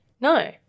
No